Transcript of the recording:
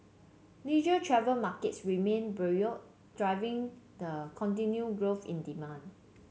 leisure travel markets remained buoyant driving the continued growth in demand